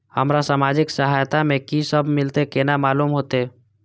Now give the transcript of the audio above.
हमरा सामाजिक सहायता में की सब मिलते केना मालूम होते?